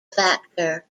factor